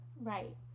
Right